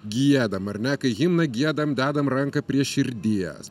giedam ar ne kai himną giedam dedam ranką prie širdies